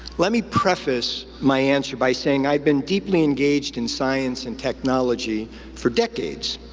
let me preface my answer by saying, i've been deeply engaged in science and technology for decades,